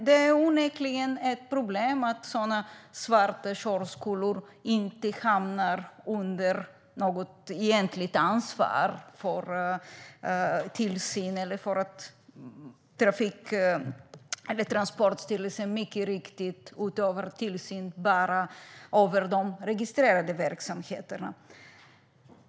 Det är onekligen ett problem att svarta körskolor inte hamnar under något egentligt ansvar för tillsyn. Det är mycket riktigt att Transportstyrelsen bara utövar tillsyn över de registrerade verksamheterna.